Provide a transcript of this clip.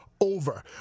Over